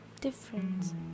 difference